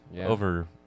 over